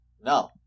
No